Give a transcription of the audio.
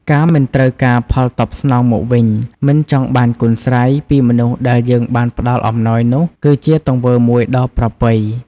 ការមិនត្រូវការផលតបស្នងមកវិញ មិនចង់បានគុណស្រ័យ ពីមនុស្សដែលយើងបានផ្តល់អំណោយនោះគឹជាទង្វើមួយដ៏ប្រពៃ។